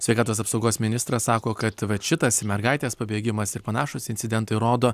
sveikatos apsaugos ministras sako kad vat šitas ir mergaitės pabėgimas ir panašūs incidentai rodo